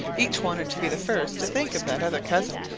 each wanted to be the first to think of that other cousin,